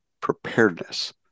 preparedness